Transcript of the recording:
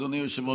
אדוני היושב-ראש,